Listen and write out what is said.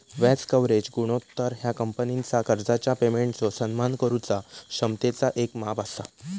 व्याज कव्हरेज गुणोत्तर ह्या कंपनीचा कर्जाच्या पेमेंटचो सन्मान करुचा क्षमतेचा येक माप असा